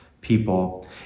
people